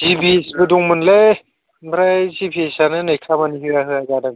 जिपिएसबो दंमोनलै ओमफ्राय जिपिएस आनो नै खामानि होआ होआ जादों